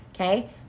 okay